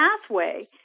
pathway